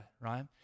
right